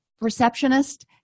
receptionist